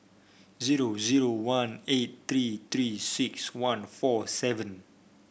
zero zero one eight three Three six one four seven